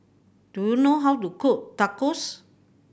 do you know how to cook Tacos